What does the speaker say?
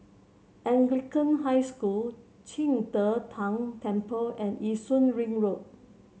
Anglican High School Qing De Tang Temple and Yishun Ring Road